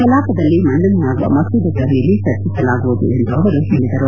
ಕಲಾಪದಲ್ಲಿ ಮಂಡನೆಯಾಗುವ ಮಸೂದೆಗಳ ಮೇಲೆ ಚರ್ಚಿಸಲಾಗುವುದು ಎಂದು ಅವರು ಹೇಳಿದರು